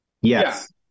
Yes